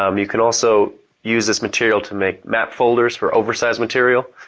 um you can also use this material to make map folders for oversize material,